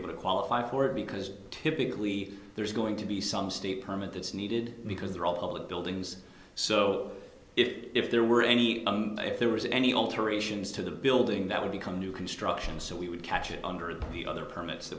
able to qualify for it because typically there's going to be some state permit that's needed because they're all public buildings so if there were any if there was any alterations to the building that would become new construction so we would catch it under the other permits that